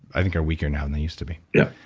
i think, are weaker now than they used to be yeah